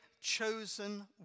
chosen